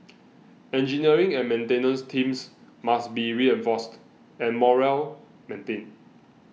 engineering and maintenance teams must be reinforced and morale maintained